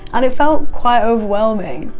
and it felt quite overwhelming.